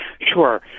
Sure